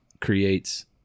creates